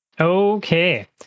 Okay